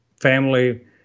family